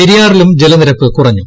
പെരിയാറിലും ജലനിരപ്പ് കുറഞ്ഞു